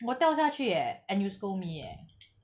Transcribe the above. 我掉下去 eh and you scold me eh